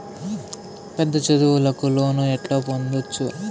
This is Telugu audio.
పెద్ద చదువులకు లోను ఎట్లా పొందొచ్చు